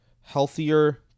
healthier